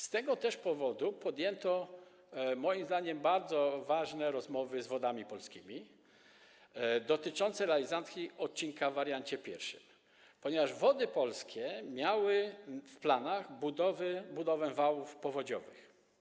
Z tego też powodu podjęto moim zdaniem bardzo ważne rozmowy z Wodami Polskimi dotyczące realizacji odcinka w wariancie pierwszym, ponieważ Wody Polskie miały w planach budowę wałów powodziowych.